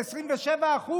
זה 27%